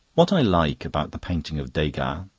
what i like about the painting of degas.